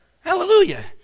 hallelujah